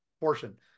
portion